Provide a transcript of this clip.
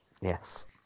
Yes